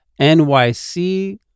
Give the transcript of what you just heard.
nyc